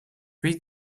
read